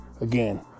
Again